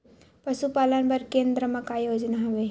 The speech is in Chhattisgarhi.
पशुपालन बर केन्द्र म का योजना हवे?